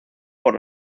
por